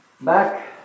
back